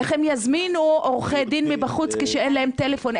איך הם יזמינו עורכי דין מבחוץ כשאין להם טלפון?